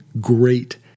great